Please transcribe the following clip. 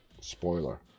Spoiler